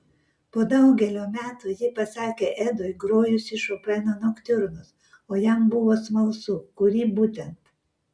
po daugelio metų ji pasakė edui grojusi šopeno noktiurnus o jam buvo smalsu kurį būtent